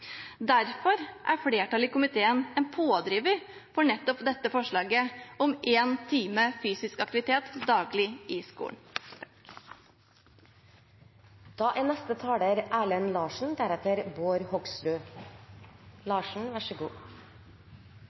Derfor er flertallet i komiteen en pådriver for nettopp dette forslaget om én time fysisk aktivitet daglig i skolen. Vi er